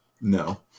No